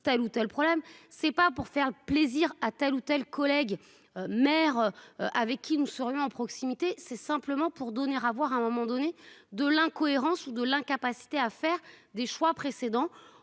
tel ou tel problème. C'est pas pour faire plaisir à tel ou tel collègues maires. Avec qui nous serions à proximité. C'est simplement pour donner à voir à un moment donné de l'incohérence de l'incapacité à faire des choix précédents